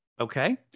Okay